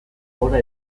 gora